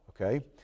Okay